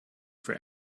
for